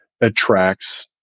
attracts